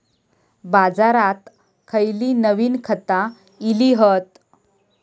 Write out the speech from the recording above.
बाजारात खयली नवीन खता इली हत?